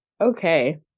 Okay